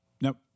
nope